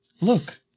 Look